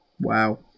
Wow